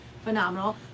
Phenomenal